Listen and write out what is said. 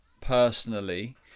personally